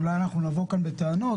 אולי נבוא כאן בטענות,